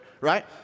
right